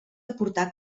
aportar